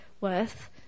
worth